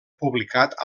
publicat